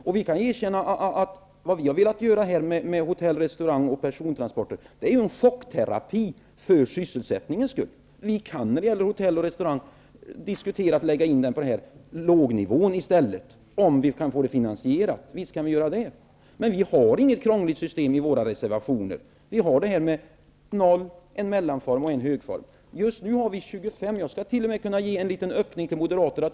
Jag kan erkänna att vad vi har velat åstadkomma beträffande hotell och restaurangtjänster och persontransporter är en chockterapi för sysselsättningens skull. Vi kan i fråga om hotelloch restaurangtjänster diskutera att i stället lägga momsen på denna låga nivå, om det kan finansieras. Visst kan vi göra det. Vi har emellertid inget krångligt system i våra meningsyttringar. Vi har noll, en mellannivå och en hög nivå. Jag kan t.o.m. ge en liten öppning till Moderaterna.